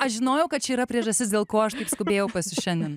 aš žinojau kad čia yra priežastis dėl ko aš taip skubėjau pas jus šiandien